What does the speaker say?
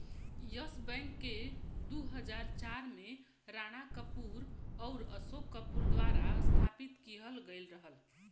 yes Bank के दू हज़ार चार में राणा कपूर आउर अशोक कपूर द्वारा स्थापित किहल गयल रहल